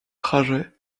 trajet